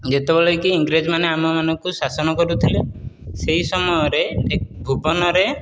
ଯେତେବେଳେ କି ଇଂରେଜ ମାନେ ଆମ ମାନଙ୍କୁ ଶାସନ କରୁଥିଲେ ସେହି ସମୟରେ ଭୁବନରେ